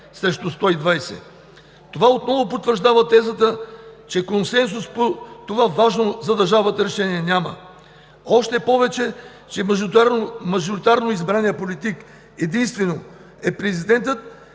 Това отново потвърждава тезата, че консенсус по това важно за държавата решение няма. Още повече че мажоритарно избраният политик – единствено президентът,